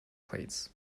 plates